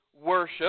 worship